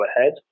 ahead